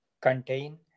contain